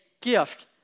gift